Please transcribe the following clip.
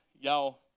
y'all